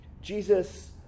Jesus